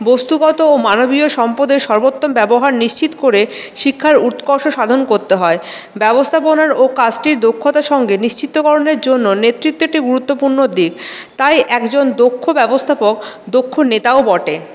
বস্তুগত ও মানবীয় সম্পদের সর্বোত্তম ব্যবহার নিশ্চিত করে শিক্ষার উৎকর্ষ সাধন করতে হয় ব্যবস্থাপনা ও কাজটির দক্ষতার সঙ্গে নিশ্চিতকরণের জন্য নেতৃত্ব একটি গুরুত্বপূর্ণ দিক তাই একজন দক্ষ ব্যবস্থাপক দক্ষ নেতাও বটে